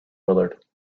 willard